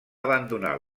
abandonar